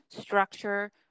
structure